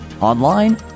Online